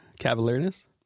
cavalierness